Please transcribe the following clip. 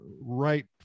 right